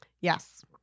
Yes